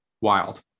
wild